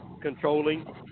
controlling